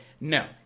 no